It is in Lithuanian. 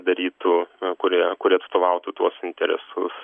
darytų kurie kurie atstovautų tuos interesus